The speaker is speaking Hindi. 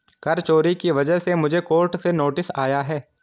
कर चोरी की वजह से मुझे कोर्ट से नोटिस आया है